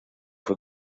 fue